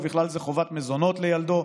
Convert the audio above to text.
ובכלל זה חובת מזונות לילדו,